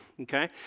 okay